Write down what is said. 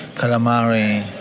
calamari.